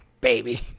baby